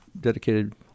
dedicated